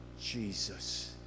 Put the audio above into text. Jesus